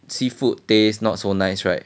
seafood taste not so nice right